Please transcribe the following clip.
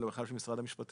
אלא בכלל של משרד המשפטים.